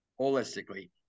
holistically